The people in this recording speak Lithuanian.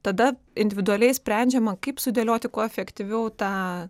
tada individualiai sprendžiama kaip sudėlioti kuo efektyviau tą